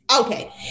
Okay